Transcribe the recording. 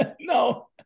No